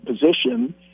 position